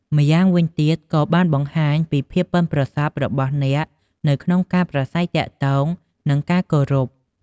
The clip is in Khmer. ម្យ៉ាងវិញទៀត ក៏បានបង្ហាញពីភាពប៉ិនប្រសប់របស់អ្នកនៅក្នុងការប្រាស្រ័យទាក់ទង និង ការគោរព។